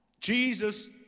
Jesus